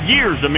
years